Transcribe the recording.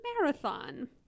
marathon